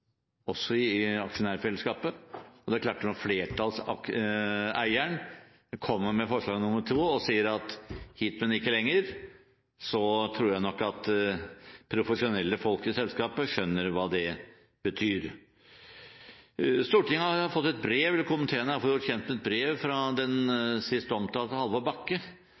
også i aksjonærfellesskapet, og det er klart at når flertallseieren kommer med forslag nr. 2 og sier hit, men ikke lenger, tror jeg nok at profesjonelle folk i selskapet skjønner hva det betyr. Stortinget har fått et brev, eller komiteen er i alle fall blitt gjort kjent med et brev fra den